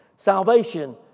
Salvation